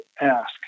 ask